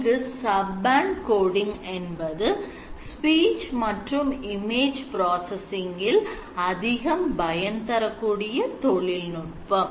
இங்கு subband coding என்பது speech மற்றும் image processing இல் அதிகம் பயன்தரகூடிய தொழில்நுட்பம்